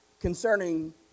concerning